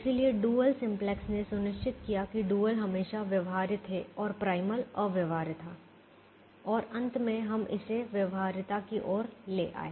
इसलिए dual simplex ने सुनिश्चित किया कि डुअल हमेशा व्यवहार्य थे और प्राइमल अव्यवहार्य था और अंत में हम इसे व्यवहार्यता की ओर ले आए